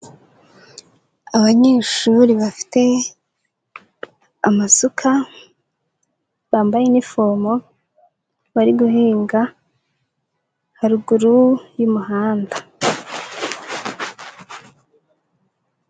Abanyeshuri bafite amasuka, bambaye inifomo, bari guhinga haruguru y'umuhanda.